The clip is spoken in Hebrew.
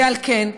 ועל כן,